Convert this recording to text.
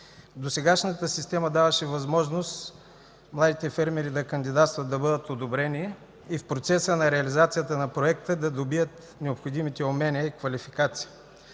Досегашната система даваше възможност младите фермери да кандидатстват, да бъдат одобрени и в процеса на реализацията на проекта да добият необходимите умения и квалификации.